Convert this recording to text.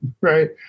right